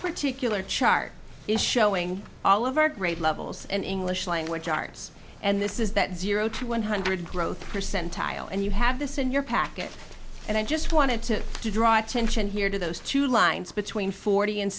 particular chart is showing all of our grade levels in english language arts and this is that zero to one hundred growth percentile and you have this in your packet and i just wanted to draw attention here to those two lines between forty and